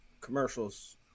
commercials